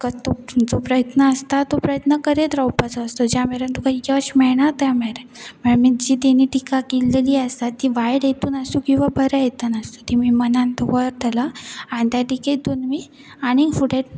जो प्रयत्न आसता तो प्रयत्न करत रावपाचो आसता ज्या मेरेन तुका यश मेळना त्या मेरेन म्हळरी जी तेणी टिका केल्लेली आससा ती वायट यतून आसूं किंवां बऱ्या येतान आसूं ते मी मनान तो वरतला आनी त्या टिकेतून आमी आनीक फुडें